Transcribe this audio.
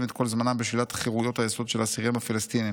את כל זמנם בשלילת חירויות היסוד של האסירים הפלסטינים".